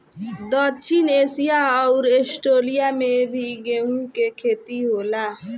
दक्षिण एशिया अउर आस्ट्रेलिया में भी गेंहू के खेती होला